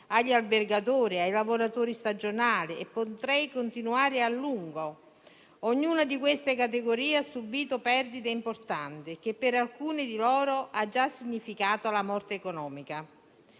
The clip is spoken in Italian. IVA, albergatori, lavoratori stagionali e potrei continuare a lungo: ognuna di queste categorie ha subito perdite importanti, che per alcune di loro hanno già significato la morte economica.